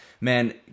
Man